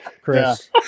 Chris